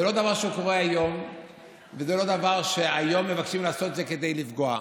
זה לא דבר שקורה היום וזה לא דבר שהיום מבקשים לעשות כדי לפגוע.